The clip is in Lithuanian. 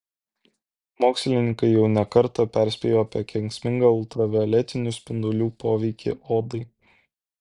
mokslininkai jau ne kartą perspėjo apie kenksmingą ultravioletinių spindulių poveikį odai